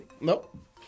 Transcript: Nope